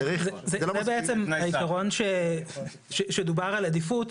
זה העיקרון שדובר על עדיפות.